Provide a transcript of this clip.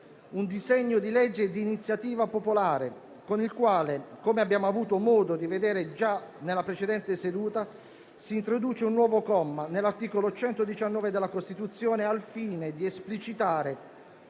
un disegno di legge di iniziativa popolare con il quale, come abbiamo avuto modo di vedere già nella precedente seduta, si introduce un nuovo comma nell'articolo 119 della Costituzione, al fine di esplicitare